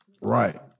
Right